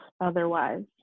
otherwise